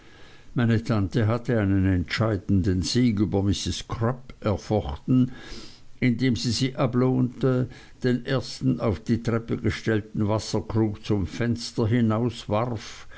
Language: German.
meine tante hatte einen entscheidenden sieg über mrs crupp erfochten indem sie sie ablohnte den ersten auf die treppe gestellten wasserkrug zum fenster